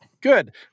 Good